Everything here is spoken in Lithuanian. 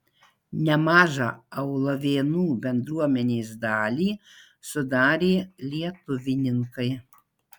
nemažą aulavėnų bendruomenės dalį sudarė lietuvininkai